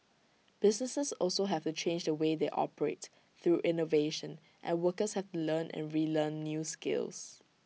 businesses also have to change the way they operate through innovation and workers have to learn and relearn new skills